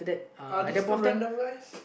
are this two random guys